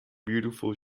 beautiful